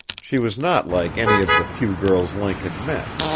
she was not like any of the few girls link had met.